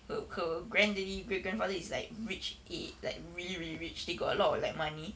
her her grand daddy great grandfather is like rich eh like really really rich they got a lot of like money